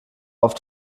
auf